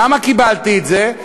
למה קיבלתי את זה?